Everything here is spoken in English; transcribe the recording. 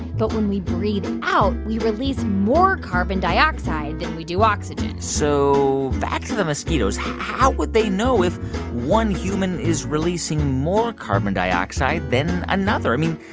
but when we breathe out, we release more carbon dioxide than we do oxygen so back to the mosquitoes. how would they know if one human is releasing more carbon dioxide than another? i mean,